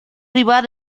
rival